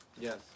Yes